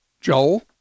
Joel